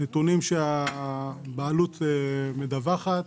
נתונים שהבעלות מדווחת